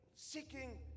Seeking